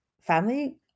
family